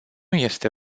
este